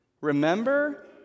Remember